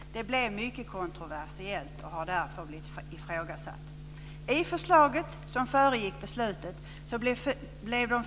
Det blev mycket kontroversiellt och har därför ifrågasatts.